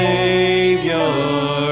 Savior